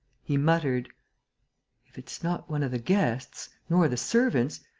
he muttered if it's not one of the guests, nor the servants,